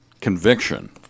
conviction